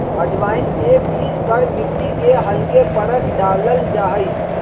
अजवाइन के बीज पर मिट्टी के हल्के परत डाल्ल जाहई